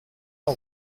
all